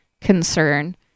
concern